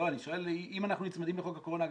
אני שואל, אם אנחנו נצמדים לחוק הקורונה הגדול,